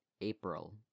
April